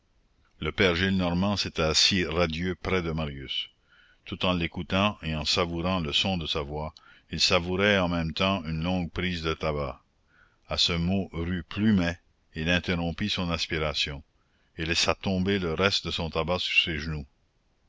le père gillenormand s'était assis radieux près de marius tout en l'écoutant et en savourant le son de sa voix il savourait en même temps une longue prise de tabac à ce mot rue plumet il interrompit son aspiration et laissa tomber le reste de son tabac sur ses genoux